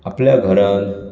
आपल्या घरांत